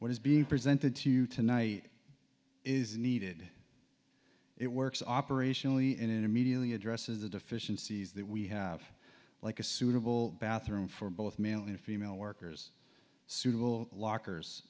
what is being presented to you tonight is needed it works operationally and immediately addresses the deficiencies that we have like a suitable bathroom for both male and female workers suitable lockers